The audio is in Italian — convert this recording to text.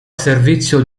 servizio